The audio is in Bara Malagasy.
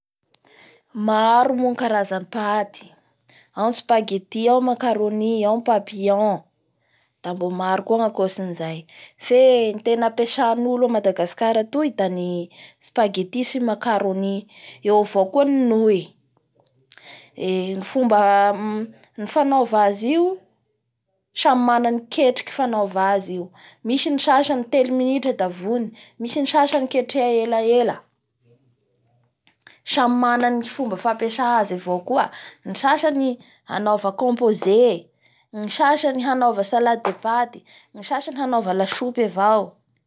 Maro moa ny karaza paty ao ny spagety ao ny macaroni ao ny papillon, da mbo mo. aro koa ny akotry ny zay fe ny tena ampesain'nolo a madagascar atoy da ny spagety sy macaroni eo avao koa ny nouille, ee ny fomba mi'mifamaoavao azy io samy mana ny ketriky fanaova azy io misy ny sasany teo minitra da vony, misy ny sasany ketreha eaela samy amana ny fomba fampesa azy avao koa ny sasany anaova composé ny sasany ahanaova sade de pate ny sasany hanaov asoupe avao.